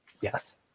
Yes